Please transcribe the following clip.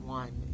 one